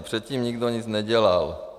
Předtím nikdo nic nedělal.